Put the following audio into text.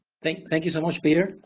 thank thank you, so much peter.